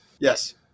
Yes